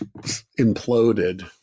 imploded